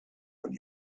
when